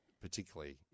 particularly